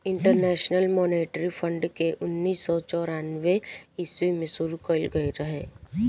international monetary fund के उन्नीस सौ चौरानवे ईस्वी में शुरू कईल गईल रहे